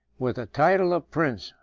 with the title of prince,